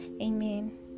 Amen